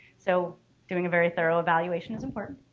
so doing a very thorough evaluation is important.